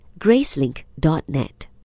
gracelink.net